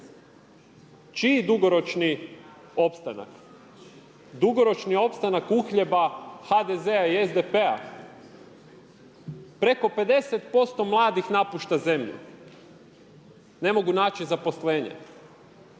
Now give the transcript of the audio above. Čiji dugoročni opstanak? Dugoročni opstanak uhljeba HDZ-a i SDP-a? Preko 50% mladih napušta zemlju jer ne mogu naći zaposlenje.